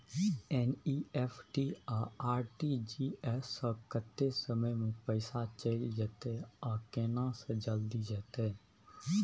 NEFT आ RTGS स कत्ते समय म पैसा चैल जेतै आ केना से जल्दी जेतै?